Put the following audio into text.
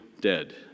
dead